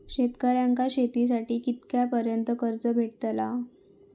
शेतकऱ्यांका शेतीसाठी कितक्या पर्यंत कर्ज भेटताला?